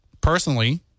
personally